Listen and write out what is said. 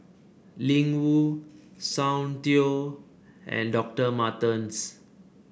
Ling Wu Soundteoh and Doctor Martens